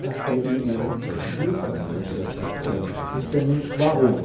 daß er ihnen fluchen müsse und wisse nicht warum